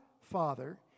Father